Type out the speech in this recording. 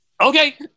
okay